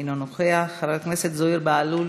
אינה נוכחת, חבר הכנסת יצחק הרצוג,